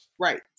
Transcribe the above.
Right